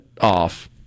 off